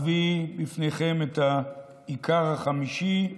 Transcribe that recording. אביא לפניכם את העיקר החמישי: